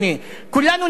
כולנו נתמוך,